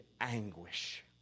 anguish